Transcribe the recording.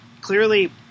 clearly